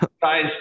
guys